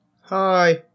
Hi